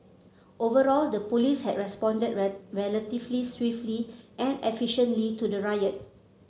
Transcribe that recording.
overall the police had responded relatively swiftly and efficiently to the riot